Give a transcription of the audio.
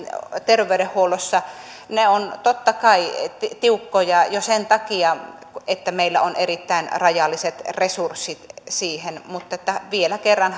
terveydenhuollossa ovat totta kai tiukkoja jo sen takia että meillä on erittäin rajalliset resurssit siihen mutta vielä kerran